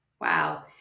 Wow